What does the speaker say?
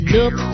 Look